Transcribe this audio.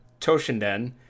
Toshinden